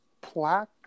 plaque